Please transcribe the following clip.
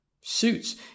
suits